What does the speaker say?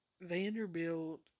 Vanderbilt